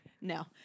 No